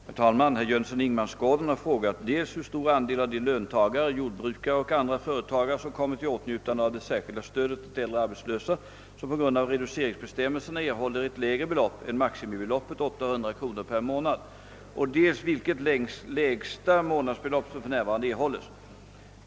Herr talman! Herr Jönsson i Ingemarsgården har frågat dels hur stor andel av de löntagare, jordbrukare och andra företagare som kommit i åtnjutande av det särskilda stödet åt äldre arbetslösa, som på grund av reduceringsbestämmelserna erhåller ett lägre belopp än maximibeloppet 800 kronor per månad, dels vilket lägsta månadsbelopp som för närvarande erhålles.